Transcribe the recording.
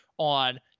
on